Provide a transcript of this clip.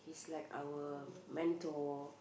he's like our mentor